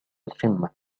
القمة